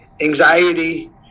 anxiety